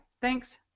Thanks